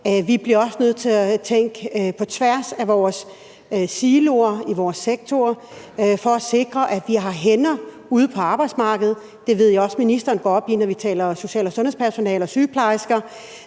bliver vi også nødt til at tænke på tværs af siloerne i vores sektorer for at sikre, at vi har hænder ude på arbejdsmarkedet. Det ved jeg også at ministeren går op i, når vi taler social- og sundhedspersonale og sygeplejersker,